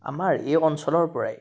আমাৰ এই অঞ্চলৰপৰাই